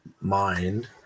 mind